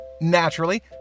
Naturally